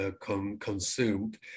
consumed